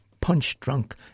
punch-drunk